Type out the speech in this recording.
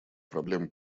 проблем